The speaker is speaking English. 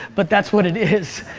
but that's what it is.